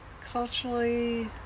culturally